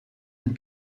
and